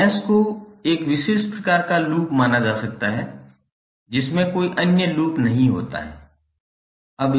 तो मैश को एक विशेष प्रकार का लूप माना जा सकता है जिसमें कोई अन्य लूप नहीं होता है